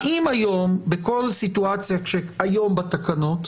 האם היום בכל סיטואציה היום בתקנות,